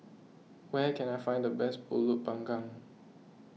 where can I find the best Pulut Panggang